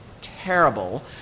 terrible